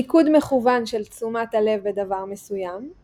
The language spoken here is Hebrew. מיקוד מכוון של תשומת הלב בדבר מסוים,